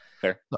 fair